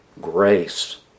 grace